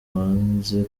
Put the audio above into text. wanze